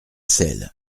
sels